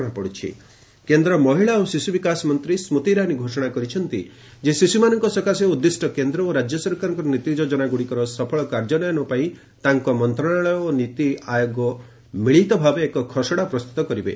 WCD କେନ୍ଦ୍ର ମହିଳା ଓ ଶିଶୁ ବିକାଶ ମନ୍ତ୍ରୀ ସ୍କୃତି ଇରାନୀ ଘୋଷଣା କରିଛନ୍ତି ଶିଶୁମାନଙ୍କ ସକାଶେ ଉଦ୍ଦିଷ୍ଟ କେନ୍ଦ୍ର ଓ ରାଜ୍ୟ ସରକାରଙ୍କର ନୀତି ଓ ଯୋଜନାଗ୍ରଡ଼ିକର ସଫଳ କାର୍ଯ୍ୟାନ୍ୱୟନ ପାଇଁ ତାଙ୍କ ମନ୍ତ୍ରଣାଳୟ ଓ ନୀତି ଆୟୋଗ ମିଳିତ ଭାବେ ଏକ ଖସଡ଼ା ପ୍ରସ୍ତୁତ କରିବେ